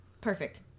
Perfect